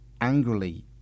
angrily